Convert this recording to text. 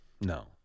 no